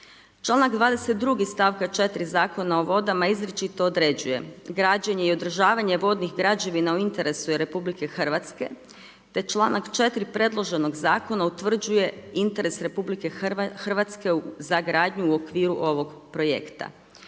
Članak 22. stavka 4. Zakona o vodama izričito određuje, građenje i održavanje vodnih građevina u interesu je RH te članka 4. predloženog zakona utvrđuje interes RH za gradnju u okviru ovog projekta.